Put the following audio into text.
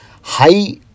High